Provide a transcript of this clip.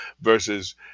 versus